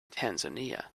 tanzania